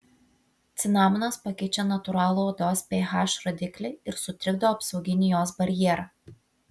cinamonas pakeičia natūralų odos ph rodiklį ir sutrikdo apsauginį jos barjerą